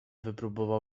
wypróbował